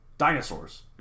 dinosaurs